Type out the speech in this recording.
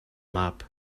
map